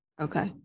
Okay